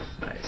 Nice